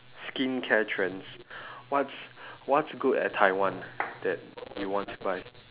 skincare trends what's what's good at taiwan that you want to buy